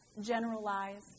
generalized